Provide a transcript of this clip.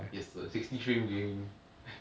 yes sir sixty stream gaming